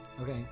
Okay